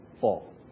fall